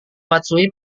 matsui